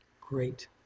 Great